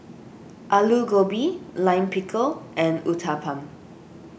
Alu Gobi Lime Pickle and Uthapam